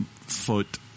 foot